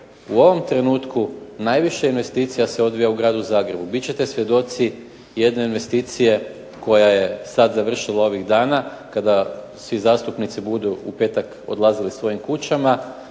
u ovom trenutku najviše investicija se odvija u Gradu Zagrebu. Bit ćete svjedoci jedne investicije koja je sad završila ovih dana kada svi zastupnici budu u petak odlazili svojim kućama